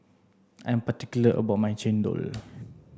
I'm particular about my Chendol